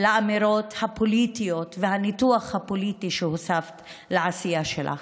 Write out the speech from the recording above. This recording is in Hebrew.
האמירות הפוליטיות והניתוח הפוליטי שהוספת לעשייה שלך.